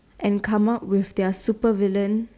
and come up with their supervillain attribute